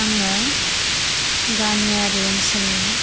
आङो गामियारि ओनसोलनि